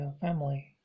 family